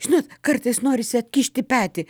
žinot kartais norisi atkišti petį